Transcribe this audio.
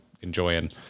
enjoying